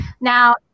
Now